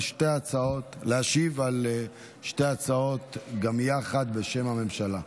להשיב על שתי ההצעות גם יחד בשם הממשלה.